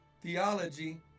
theology